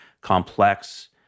complex